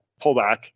pullback